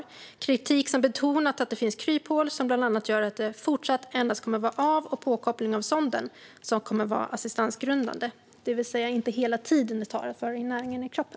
Det är kritik som betonat att det finns kryphål som bland annat innebär att det i fortsättningen endast kommer att vara av och påkoppling av sonden som kommer att vara assistansgrundande, det vill säga alltså inte hela den tid det tar att föra in näringen i kroppen.